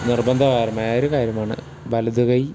നിർബന്ധമായിരുന്ന ഒരു കാര്യമാണ് വലതുകൈ